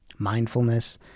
mindfulness